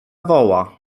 woła